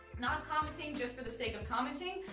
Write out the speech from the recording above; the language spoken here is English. not commenting just for the sake of commenting,